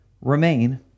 remain